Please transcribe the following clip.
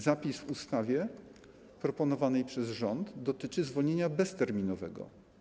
Zapis w ustawie proponowanej przez rząd dotyczy zwolnienia bezterminowego.